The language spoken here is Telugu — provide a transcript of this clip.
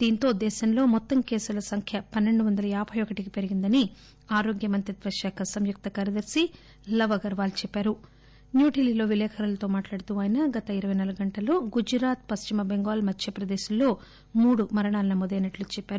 దీంతో దేశంలో మొత్తం కేసుల సంఖ్య పన్సెండు వందల యాబై ఒకటికి పెరిగిందని ఆరోగ్య మంత్రిత్వశాఖ సంయుక్త కార్యదర్శి లవ్ అగర్వాల్ చెప్పారు న్యూఢిల్లీలో విలేఖరులతో మాట్లాడుతూ అయినా గత ఇరపై నాలుగు గంటల్లో గుజరాత్ పశ్చిమ టెంగాల్ మధ్య ప్రదేశ్ లలో మూడు మరణాలు నమోదైనట్లు చెప్పారు